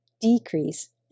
decrease